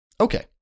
Okay